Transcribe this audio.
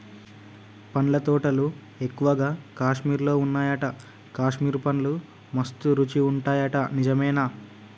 పండ్ల తోటలు ఎక్కువగా కాశ్మీర్ లో వున్నాయట, కాశ్మీర్ పండ్లు మస్త్ రుచి ఉంటాయట నిజమేనా